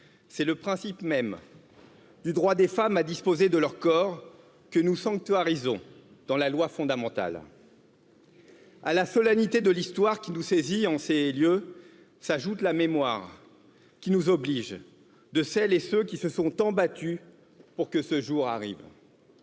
c'est le principe même du droit des femmes à disposer de leur corps que nous sanctuariser dans la loi fondamentale à la solennité de l'histoire, qui nous saisit en ces lieux. la mémoire s'ajoute la mémoire qui nous oblige de celles et ceux qui se sont tant battus pour que ce jour arrive.